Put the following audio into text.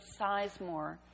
Sizemore